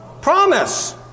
Promise